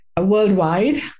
worldwide